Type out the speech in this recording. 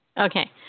Okay